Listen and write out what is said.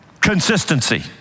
consistency